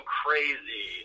crazy